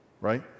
Right